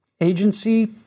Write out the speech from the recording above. agency